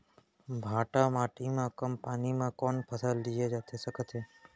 भांठा माटी मा कम पानी मा कौन फसल लिए जाथे सकत हे?